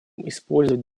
использовать